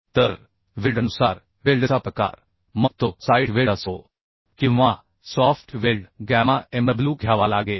तर वेल्डनुसार वेल्डचा प्रकार मग तो साइट वेल्ड असो किंवा सॉफ्ट वेल्ड गॅमा Mw घ्यावा लागेल